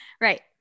right